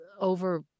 over